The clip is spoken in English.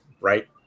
right